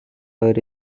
were